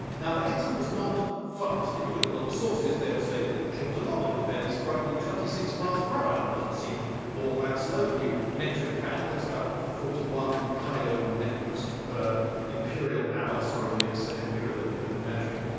now the hetzer was not fast. if you look at a lot of sources, they all say that it clipped along at a fairly sprightly twenty six miles per hour. that doesn't seem all that slow. for you metric fans that's about forty one kilometres per imperial hour. sorry to mix ah imperial and and metric.